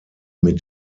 mit